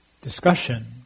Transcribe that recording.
discussion